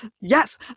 Yes